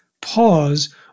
pause